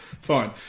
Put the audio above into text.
fine